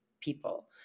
people